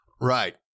Right